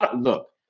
look